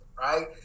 right